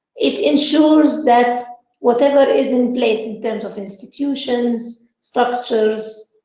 it ensures that whatever is in place in terms of institutions, structures,